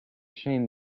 shame